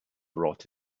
brought